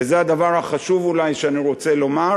וזה הדבר החשוב אולי שאני רוצה לומר,